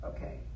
Okay